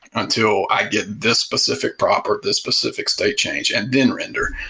until i get this specific prop, or this specific state change, and then render.